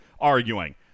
arguing